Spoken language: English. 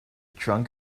trunk